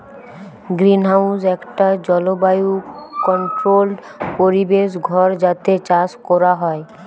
greenhouse একটা জলবায়ু controlled পরিবেশ ঘর যাতে চাষ কোরা হয়